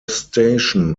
station